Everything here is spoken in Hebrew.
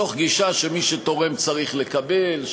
מתוך גישה שמי שתורם צריך לקבל,